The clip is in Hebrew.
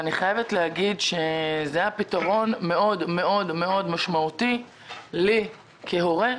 אני חייבת להגיד שזה היה פתרון מאוד משמעותי לי כהורה.